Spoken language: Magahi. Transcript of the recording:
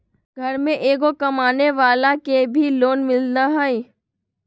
घर में एगो कमानेवाला के भी लोन मिलहई?